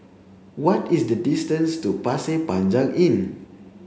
what is the distance to Pasir Panjang Inn